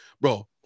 bro